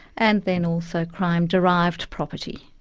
and then also crime-derived property.